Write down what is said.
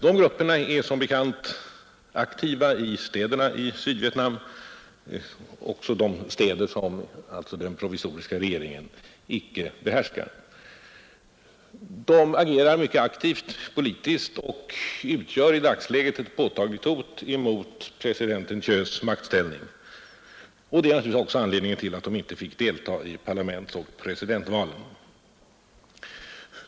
De grupperna är som bekant aktiva i städerna i Sydvietnam, även i de städer som den provisoriska regeringen icke behärskar. De agerar mycket aktivt politiskt och utgör i dagsläget ett påtagligt hot mot president Thieus maktställning. Det är naturligtvis också anledningen till att de inte fick delta i parlamentsoch presidentvalen.